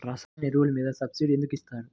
రసాయన ఎరువులు మీద సబ్సిడీ ఎందుకు ఇస్తారు?